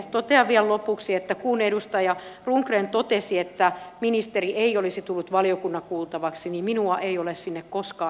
totean vielä lopuksi että kun edustaja rundgren totesi että ministeri ei olisi tullut valiokunnan kuultavaksi niin minua ei ole sinne koskaan pyydetty